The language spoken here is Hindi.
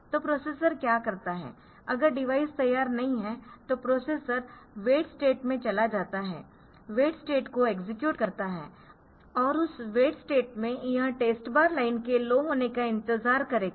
तो प्रोसेसर क्या करता है अगर डिवाइस तैयार नहीं है तो प्रोसेसर वेट स्टेट में चला जाता है वेट स्टेट को एक्सेक्यूट करता है और उस वेट स्टेट में यह टेस्ट बार लाइन के लो होने का इंतजार करेगा